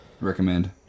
Recommend